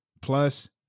Plus